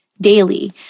daily